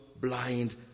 blind